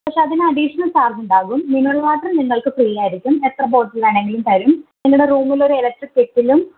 പക്ഷേ അതിന് അഡീഷണൽ ചാർജുണ്ടാകും മിനറൽ വാട്ടറ് നിങ്ങൾക്ക് ഫ്രീയായിരിക്കും എത്ര ബോട്ടിൽ വേണേലും തരും നിങ്ങളുടെ റൂമിലൊരു ഇലക്ട്രിക്ക് കെറ്റിലും